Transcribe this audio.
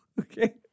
Okay